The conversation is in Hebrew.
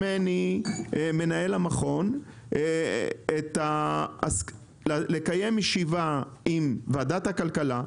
מנהל המכון ביקש ממני לקיים ישיבה עם ועדת הכלכלה,